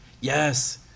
Yes